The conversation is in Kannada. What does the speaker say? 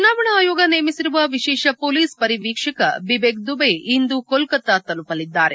ಚುನಾವಣಾ ಆಯೋಗ ನೇಮಿಸಿರುವ ವಿಶೇಷ ಮೊಲೀಸ್ ಪರಿವೀಕ್ಷಕ ಬಿಬೆಕ್ ದುಬೆ ಇಂದು ಕೋಲ್ತತಾ ತಲುಪಲಿದ್ದಾರೆ